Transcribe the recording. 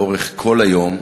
לאורך כל היום,